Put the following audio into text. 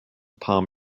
palm